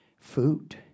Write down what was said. Food